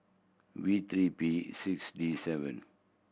V three P six D seven